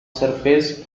surface